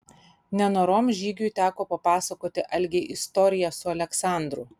nenorom žygiui teko papasakoti algei istoriją su aleksandru